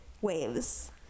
waves